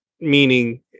meaning